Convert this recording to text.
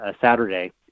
Saturday